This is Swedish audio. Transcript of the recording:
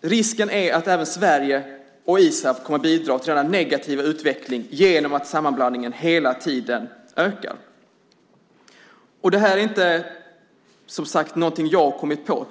Risken är att även Sverige och ISAF kommer att bidra till denna negativa utveckling genom att sammanblandningen hela tiden ökar. Detta är som sagt inte något som jag har kommit på.